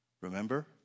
Remember